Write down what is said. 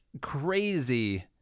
crazy